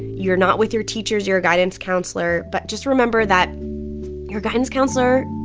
you're not with your teachers, your guidance counselor. but just remember that your guidance counselor,